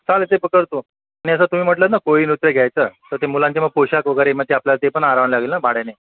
चालेल ते पकडतो आणि आता तुम्ही म्हटलात ना कोळी नृत्य घ्यायचं तर ते मुलांचे मग पोषाख वगैरे मग ते आपल्याला ते पण आणावे लागेल ना भाड्याने